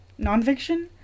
nonfiction